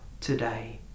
today